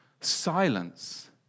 Silence